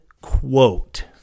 quote